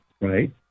right